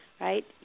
Right